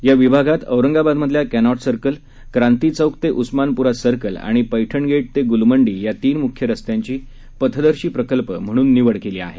या विभागात औरंगाबादमधल्या क्र्नीट सर्कल क्रांती चौक ते उस्मानपुरा सर्कल आणि पैठणगेट ते गुलमंडी या तीन मुख्य रस्त्यांची पथदर्शी प्रकल्प म्हणून निवड केली आहे